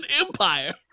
Empire